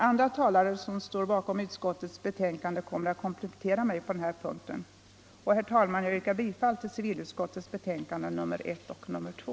Andra talare som står bakom utskottets betänkanden kommer att komplettera mig på den punkten. Herr talman! Jag yrkar bifall till civilutskottets förslag i betänkandena I och 2.